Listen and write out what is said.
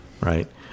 right